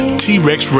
t-rex